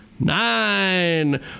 nine